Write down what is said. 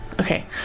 Okay